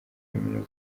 kaminuza